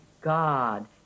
God